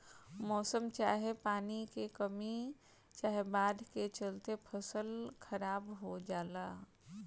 मौसम चाहे पानी के कमी चाहे बाढ़ के चलते फसल खराब हो जला